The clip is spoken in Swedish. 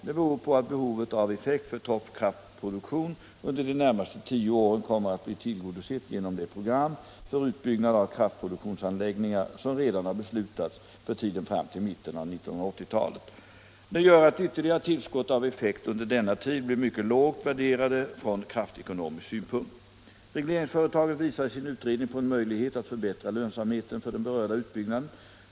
Det beror på att behovet av effekt för toppkraftproduktion under de närmaste tio åren kommer att bli tillgodosett genom det program för utbyggnad av kraftproduktionsanläggningar som redan har beslutats för tiden fram till mitten av 1980-talet. Det gör att ytterligare tillskott av effekt under denna tid blir mycket lågt värderade från kraftekonomisk synpunkt. Regleringsföretaget visar i sin utredning på en möjlighet att förbättra lönsamheten för den berörda utbyggnaden.